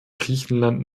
griechenland